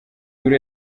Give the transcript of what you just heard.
buri